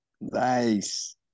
Nice